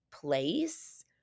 place